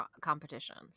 competitions